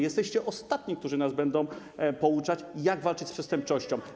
Jesteście ostatnimi, którzy będą nas pouczać, jak walczyć z przestępczością.